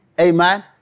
Amen